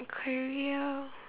career